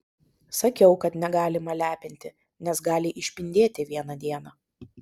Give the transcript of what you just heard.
sakiau kad negalima lepinti nes gali išpindėti vieną dieną